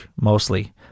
mostly